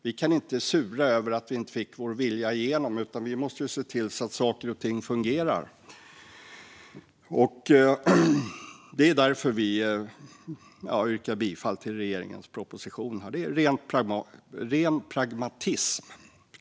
Vi kan då inte sura över att vi inte fick vår vilja igenom, utan vi måste se till att saker och ting fungerar. Det är därför som vi yrkar bifall till regeringens proposition. Det är ren pragmatism.